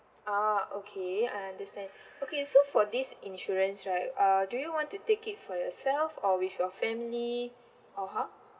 ah okay I understand okay so for this insurance right uh do you want to take it for yourself or with your family or how